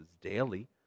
daily